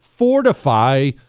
Fortify